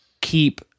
keep